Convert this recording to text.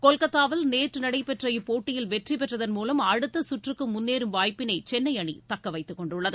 கொல்கத்தாவில் நேற்று நடைபெற்ற இப்போட்டியில் வெற்றிபெற்றதன் மூலம் அடுத்தச் கற்றுக்கு முன்னேறும் வாய்ப்பினை சென்னை அணி தக்கவைத்துக் கொண்டுள்ளது